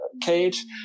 cage